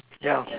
yeah